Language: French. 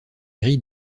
grilles